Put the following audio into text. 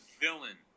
villain